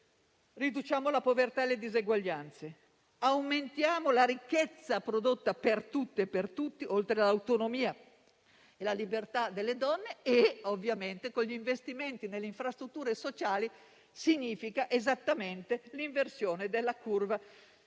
riduce la povertà e le diseguaglianze; aumenta la ricchezza prodotta per tutte e per tutti, oltre all'autonomia e alla libertà delle donne, e ovviamente, con gli investimenti nelle infrastrutture sociali, produce esattamente un'inversione della curva